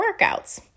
workouts